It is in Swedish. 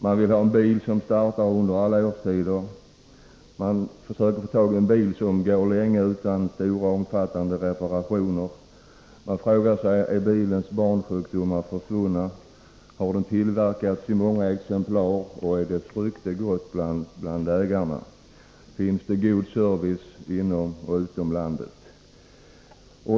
Man vill ha en bil som startar under alla årstider. Man frågar sig om bilen går länge utan stora reparationer och om bilens s.k. ”barnsjukdomar” är försvunna? Har den tillverkats i många exemplar och har den ett gott rykte bland sina ägare? Finns det god service inom och utom landet?